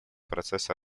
процесса